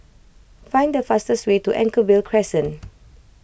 find the fastest way to Anchorvale Crescent